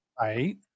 Right